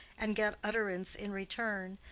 and get utterance in return,